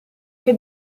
che